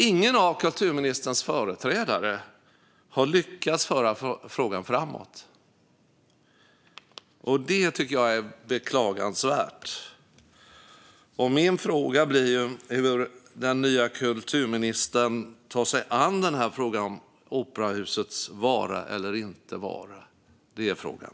Ingen av kulturministerns företrädare har lyckats föra frågan framåt. Det tycker jag är beklagansvärt. Min fråga blir därför hur den nya kulturministern tar sig an frågan om operahusets vara eller inte vara. Det är frågan.